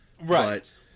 Right